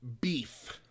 Beef